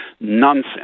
nonsense